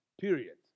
period